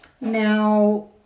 now